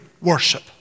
worship